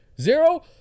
Zero